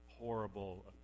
horrible